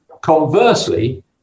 Conversely